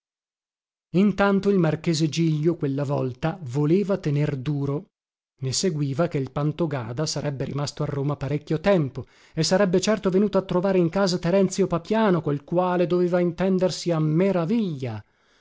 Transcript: intanto il marchese giglio quella volta voleva tener duro ne seguiva che il pantogada sarebbe rimasto a roma parecchio tempo e sarebbe certo venuto a trovare in casa terenzio papiano col quale doveva intendersi a meraviglia